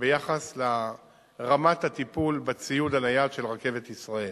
ביחס לרמת הטיפול בציוד על היעד של "רכבת ישראל".